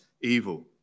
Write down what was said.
evil